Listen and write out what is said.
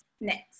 Next